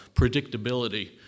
predictability